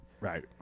right